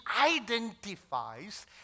identifies